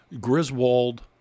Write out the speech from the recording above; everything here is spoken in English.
Griswold